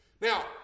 Now